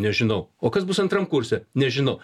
nežinau o kas bus antram kurse nežinau